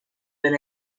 been